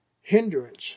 hindrance